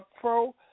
pro